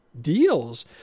deals